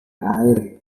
air